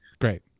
great